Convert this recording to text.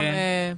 תודה.